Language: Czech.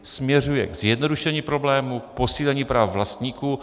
Směřuje ke zjednodušení problému, k posílení práv vlastníků.